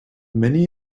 many